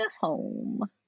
home